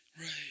Right